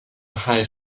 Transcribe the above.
high